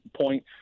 point